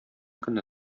көнне